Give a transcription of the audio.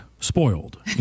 spoiled